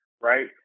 right